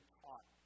taught